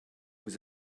vous